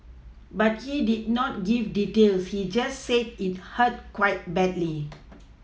but he did not give details he just said it hurt quite badly